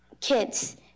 kids